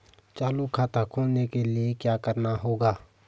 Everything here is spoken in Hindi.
चालू खाता खोलने के लिए क्या करना होगा?